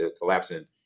collapsing